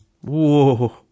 Whoa